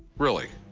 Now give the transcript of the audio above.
really?